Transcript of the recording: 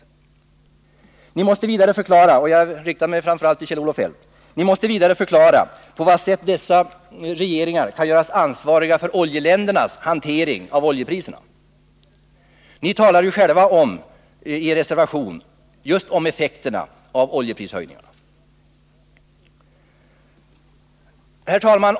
Vidare måste ni förklara — och jag riktar mig framför allt till Kjell-Olof Feldt — på vad sätt dessa regeringar kan göras ansvariga för oljeländernas hantering av oljepriserna. Ni talar ju själva i er reservation om effekten av oljeprishöjningarna. Herr talman!